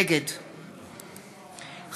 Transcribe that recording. נגד חמד עמאר, נגד רועי פולקמן,